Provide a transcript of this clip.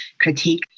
critique